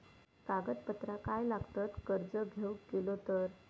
कागदपत्रा काय लागतत कर्ज घेऊक गेलो तर?